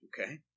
Okay